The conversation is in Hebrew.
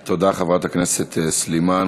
תודה, חברת הכנסת סלימאן.